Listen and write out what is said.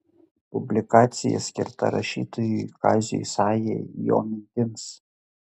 publikacija skirta rašytojui kaziui sajai jo mintims